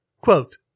Quote